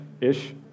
Ish